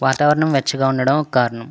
వాతావరణం వెచ్చగా ఉండడం ఒక కారణం